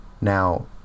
Now